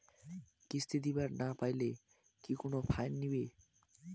কিস্তি দিবার না পাইলে কি কোনো ফাইন নিবে?